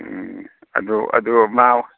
ꯎꯝ ꯑꯗꯨ ꯑꯗꯨ ꯃꯥ